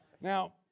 Now